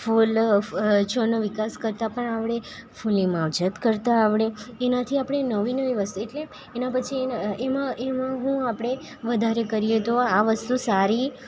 ફૂલ છોડનો વિકાસ કરતાં પણ આવડે ફૂલની માવજત કરતાં આવડે એનાથી આપણે નવી નવી એટલે એના પછી એના એમાં હું આપણે વધારે કરીએ તો આ વસ્તુ સારી